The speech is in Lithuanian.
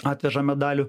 atveža medalių